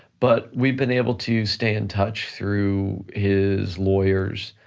but we've been able to stay in touch through his lawyers,